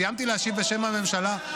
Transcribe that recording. סיימתי להשיב בשם הממשלה.